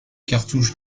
cartouche